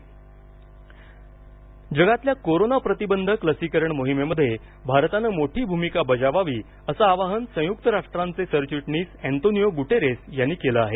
सं रा लस जगातल्या कोरोना प्रतिबंधक लसीकरण मोहिमेमध्ये भारतानं मोठी भूमिका बजावावी असं आवाहन संयुक्त राष्ट्रांचे सरचिटणीस अँटोनियो गुटेरेस यांनी केलं आहे